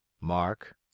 Mark